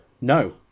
No